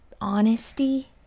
honesty